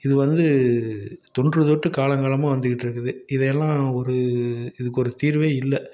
இது வந்து தொன்றுதொட்டு காலம் காலமாக வந்துக்கிட்டிருக்குது இதையெல்லாம் ஒரு இதுக்கு ஒரு தீர்வே இல்லை